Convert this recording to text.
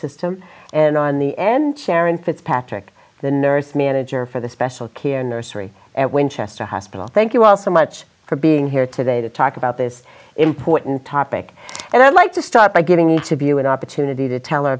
system and on the end sharon fitzpatrick the nurse manager for the special care nursery at winchester hospital thank you all so much for being here today to talk about this important topic and i'd like to start by getting to be an opportunity to tell